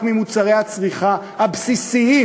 רק ממוצרי הצריכה הבסיסיים,